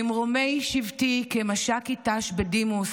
ממרומי שבתי כמש"קית ת"ש בדימוס,